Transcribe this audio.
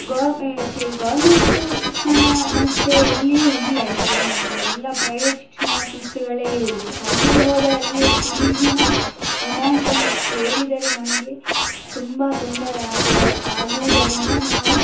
ಗೌರ್ಮ್ ಶಿ ಗೌರ್ಮೆಂಟು ಶಿಕ್ಷಣ ಸಂಸ್ಥೆ ಎಲ್ಲಿಯೂ ಇಲ್ಲ ಈಗ ನೋಡಿದರೆ ಎಲ್ಲ ಪ್ರೈವೇಟ್ ಶಿಕ್ಷಣ ಸಂಸ್ಥೆಗಳೇ ಇರುವುದು ಅಲ್ಲಿಗೆ ಹೋದರೆ ಅಲ್ಲಿಯ ಫೀಸಿನ ಎಮೌಂಟನ್ನು ಕೇಳಿದರೆ ನಮಗೆ ತುಂಬ ತೊಂದರೆ ಆಗುವ ಆಗುವುದರಿಂದ ನಾವು